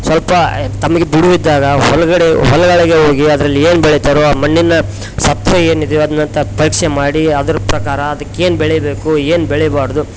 ಸ್ವಲ್ಪ ತಮಗೆ ಬಿಡುವು ಇದ್ದಾಗ ಹೊಲಗಡೆ ಹೊಲಗಳಿಗೆ ಹೋಗಿ ಅದ್ರಲ್ಲಿ ಏನು ಬೆಳಿತಾರೊ ಆ ಮಣ್ಣಿನ ಸತ್ವ ಏನಿದೆಯೊ ಅದನ್ನ ಪರೀಕ್ಷೆ ಮಾಡಿ ಅದ್ರ ಪ್ರಕಾರ ಅದಕ್ಕೆ ಏನು ಬೆಳಿಬೇಕು ಏನು ಬೆಳಿಬಾರ್ದು